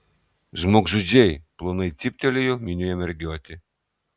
žmogžudžiai plonai cyptelėjo minioje mergiotė